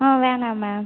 ஆ வேண்டாம் மேம்